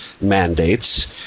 mandates